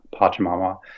Pachamama